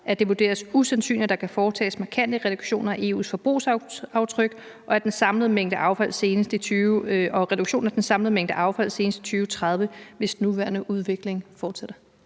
at det vurderes usandsynligt, at der kan foretages markante reduktioner i EU's forbrugsaftryk og en reduktion af den samlede mængde affald senest i 2030, hvis den nuværende udvikling fortsætter?